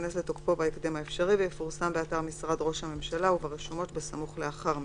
" להאריך את תוקפה לתקופות נוספות שלא יעלו על 14 ימים כל אחת."